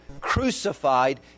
crucified